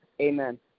Amen